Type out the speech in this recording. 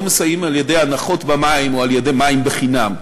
לא מסייעים על-ידי הנחות במים או על-ידי מים בחינם.